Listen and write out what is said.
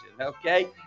okay